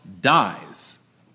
dies